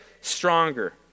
stronger